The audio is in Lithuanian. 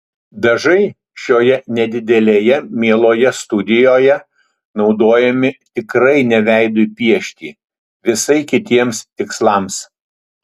dažai šioje nedidelėje mieloje studijoje naudojami tikrai ne veidui piešti visai kitiems tikslams